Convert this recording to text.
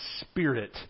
spirit